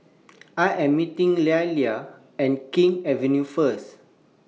I Am meeting Lelia At King's Avenue First